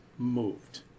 Moved